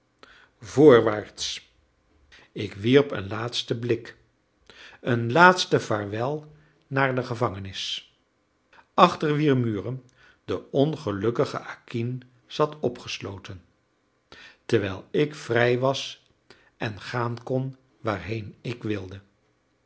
voorwaarts ik wierp een laatsten blik een laatst vaarwel naar de gevangenis achter wier muren de ongelukkige acquin zat opgesloten terwijl ik vrij was en gaan kon waarheen ik wilde